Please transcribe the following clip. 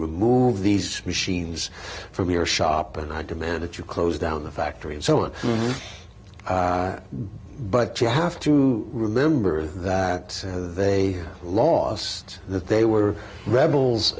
remove these machines from your shop and i demand that you close down the factory and so on but you have to remember that they lost that they were rebels